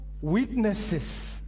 witnesses